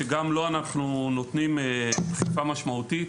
שגם לו אנחנו נותנים דחיפה משמעותית,